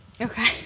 Okay